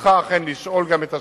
תפקידך אכן לשאול גם את השאלות,